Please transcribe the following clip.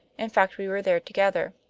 in fact, we were there together.